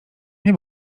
nie